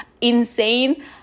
insane